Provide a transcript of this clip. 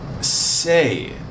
say